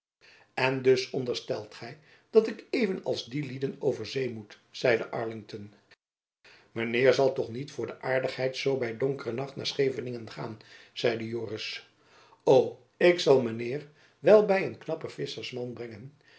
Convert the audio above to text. en dus onderstelt gy dat ik even als die lieden over zee moet zeide arligton men heir zal toch niet voor de airdigheid zoo by donkere nacht nair scheivelingen gain zeide joris o ik zal men heir wel by een knappen visschersman brengen